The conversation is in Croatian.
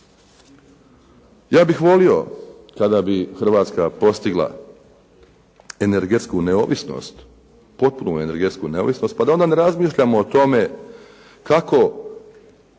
Ja bih volio kada bi Hrvatska postigla potpunu energetsku neovisnost, pa da onda ne razmišljamo o tome kako